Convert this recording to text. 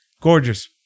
Gorgeous